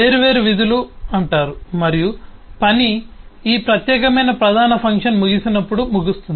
వేర్వేరు విధులు అంటారు మరియు పని ఈ ప్రత్యేకమైన ప్రధాన ఫంక్షన్ ముగిసినప్పుడు ముగుస్తుంది